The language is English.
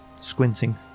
squinting